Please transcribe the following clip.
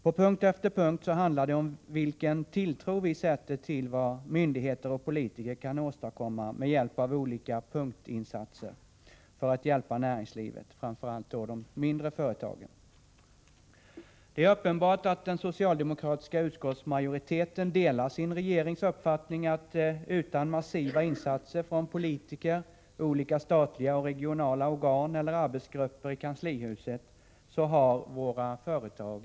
På punkt efter punkt handlar det om vilken tilltro vi sätter till vad myndigheter och politiker med hjälp av olika selektiva insatser kan åstadkomma för att hjälpa näringslivet, då framför allt de mindre företagen. Det är uppenbart att den socialdemokratiska utskottsmajoriteten delar sin regerings uppfattning att våra företag inte har en chans utan massiva insatser från politiker, olika statliga och regionala organ eller arbetsgrupper i kanslihuset.